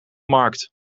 markt